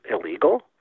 illegal